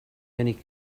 many